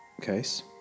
case